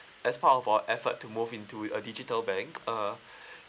as part of our effort to move into a digital bank uh